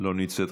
לא נמצאת.